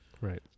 Right